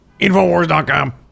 Infowars.com